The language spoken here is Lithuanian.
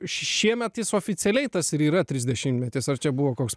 šiemet jis oficialiai tas ir yra trisdešimtmetis ar čia buvo koks